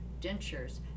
dentures